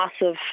massive